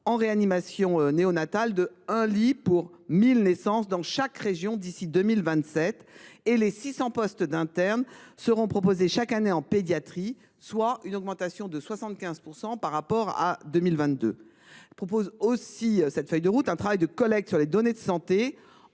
de réanimation néonatale pour 1 000 naissances dans chaque région d’ici à 2027. Et 600 postes d’internes seront proposés chaque année en pédiatrie, soit une augmentation de 75 % par rapport à 2022. Cette feuille de route prévoit aussi un travail de collecte sur les données de santé,